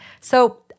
So-